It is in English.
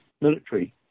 military